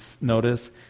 notice